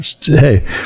Hey